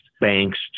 banks